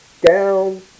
down